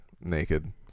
naked